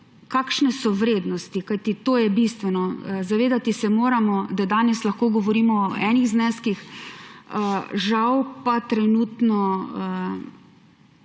Kakšne so vrednosti, kajti to je bistveno? Zavedati se moramo, da danes lahko govorimo o enih zneskih, žal pa se trenutno